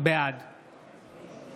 בעד